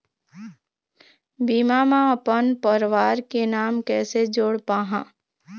बीमा म अपन परवार के नाम कैसे जोड़ पाहां?